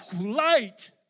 light